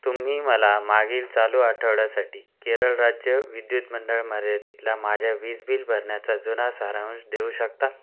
तुम्ही मला मागील चालू आठवड्यासाठी केरळ राज्य विद्युत मंडळ मर्यादितला माझ्या वीज बिल भरण्याचा जुना सारांंश देऊ शकता